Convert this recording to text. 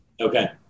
Okay